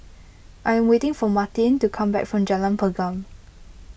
I am waiting for Martin to come back from Jalan Pergam